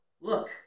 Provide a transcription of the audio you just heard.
look